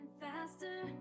faster